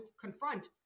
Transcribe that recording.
confront